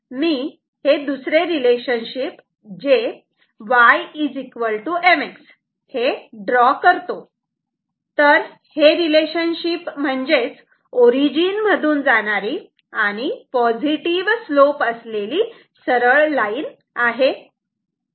आता मी दुसरे रिलेशनशिप जे y mx ड्रॉ करतो तर हे रिलेशनशिप ओरिजिन मधून जाणारी आणि पॉझिटिव्ह स्लोप असलेली सरळ लाईन आहे